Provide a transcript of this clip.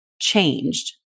changed